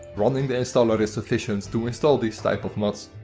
running the installer is sufficient to install these type of mods.